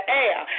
air